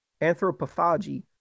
Anthropophagy